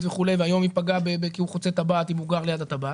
והיום ייפגע כי הוא חוצה טבעת אם הוא גר ליד הטבעת.